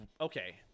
Okay